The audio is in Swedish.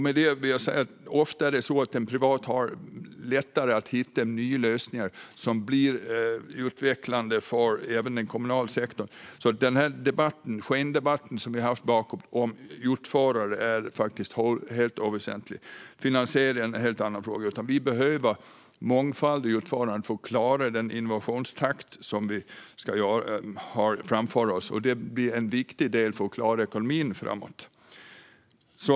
Med detta vill jag säga att de privata ofta har lättare att hitta nya lösningar som blir utvecklande även för den kommunala sektorn. Den skendebatt som vi har haft om utförare är faktiskt helt oväsentlig. Finansieringen är en helt annan fråga. Vi behöver mångfald i utförandet för att klara den innovationstakt som vi har framför oss. Det blir en viktig del för att klara ekonomin framöver.